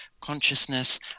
consciousness